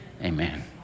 Amen